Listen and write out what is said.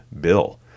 Bill